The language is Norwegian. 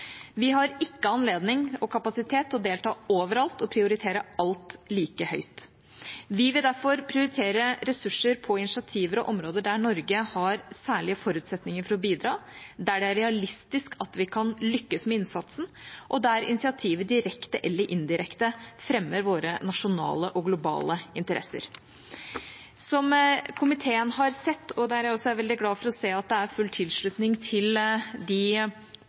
vi engasjerer oss. Vi har ikke anledning eller kapasitet til å delta overalt og prioritere alt like høyt. Vi vil derfor prioritere ressurser på initiativer og områder der Norge har særlige forutsetninger for å bidra, der det er realistisk at vi kan lykkes med innsatsen, og der initiativet direkte eller indirekte fremmer våre nasjonale og globale interesser. Som komiteen har sett – og jeg er veldig glad for å se at det er full tilslutning til